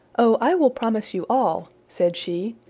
oh, i will promise you all, said she,